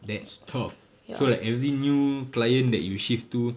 that's tough so like every new client that you shift to